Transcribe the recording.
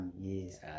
yes